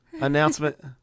announcement